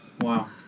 Wow